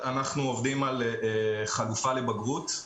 אנחנו עובדים על חלופה לבגרות.